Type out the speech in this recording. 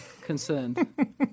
concerned